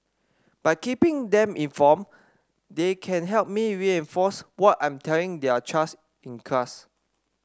by keeping them informed they can help me reinforce what I'm telling their child's in class